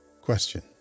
Question